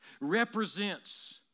represents